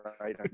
right